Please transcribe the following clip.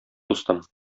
дустым